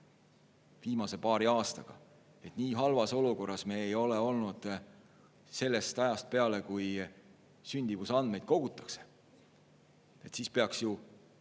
viimase paari aastaga. Nii halvas olukorras me ei ole olnud sellest ajast peale, kui sündimusandmeid kogutakse. Siis peaksime